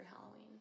halloween